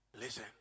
listen